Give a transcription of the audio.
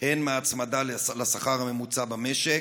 הן מהצמדה לשכר הממוצע במשק,